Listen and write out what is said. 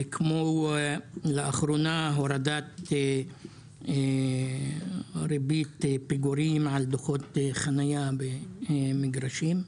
כמו לאחרונה הורדת ריבית פיגורים על דוחות חניה במגרשים.